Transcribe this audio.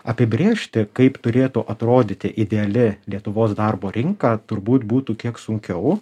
apibrėžti kaip turėtų atrodyti ideali lietuvos darbo rinka turbūt būtų kiek sunkiau